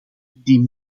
die